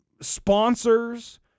sponsors